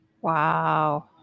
Wow